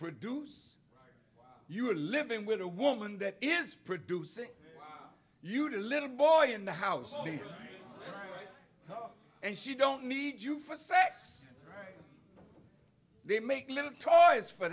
produce you are living with a woman that is producing you little boy in the house and she don't need you for sex they make little toys for